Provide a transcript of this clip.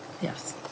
Yes